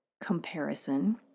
comparison